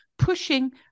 pushing